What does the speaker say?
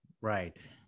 Right